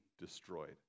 destroyed